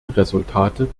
resultate